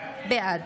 בעד